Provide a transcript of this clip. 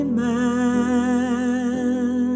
man